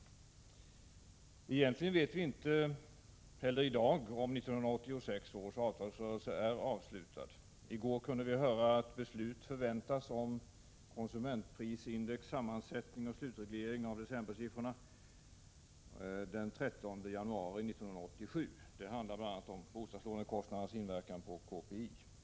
Egentligen vet vi inte heller i dag om 1986 års avtalsrörelse är avslutad. I går fick vi höra att beslut förväntas om sammansättningen av konsumentprisindex och slutreglering av decembersiffrorna den 13 januari 1987. Det handlar bl.a. om bostadslånekostnadernas inverkan på konsumentprisindex.